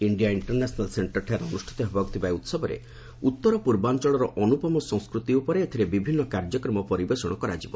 India international ସେଣ୍ଟରଠାରେ ଅନୁଷ୍ଠିତ ହେବାକୁ ଥିବା ଏହି ଉତ୍ସବରେ ଉତ୍ତର ପୂର୍ବାଞ୍ଚଳର ଅନୁପମ ସଂସ୍କୃତି ଉପରେ ଏଥିରେ ବିଭିନ୍ନ କାର୍ଯ୍ୟକ୍ରମ ପରିବେଷଣ କରାଯିବ